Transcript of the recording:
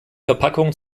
verpackungen